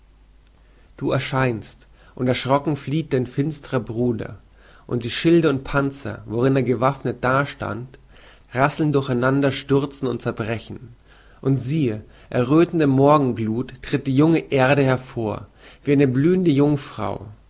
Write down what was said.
du erscheinst und erschrocken sticht dein finsterer bruder und die schilde und panzer worin er gewaffnet dastand rasseln durcheinanderstürzend und zerbrechen und siehe erröthend in morgengluth tritt die junge erde hervor wie eine blühende jungfrau